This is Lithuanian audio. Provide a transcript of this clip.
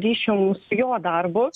ryšium su jo darbu